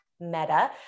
Meta